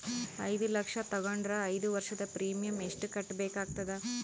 ಐದು ಲಕ್ಷ ತಗೊಂಡರ ಐದು ವರ್ಷದ ಪ್ರೀಮಿಯಂ ಎಷ್ಟು ಕಟ್ಟಬೇಕಾಗತದ?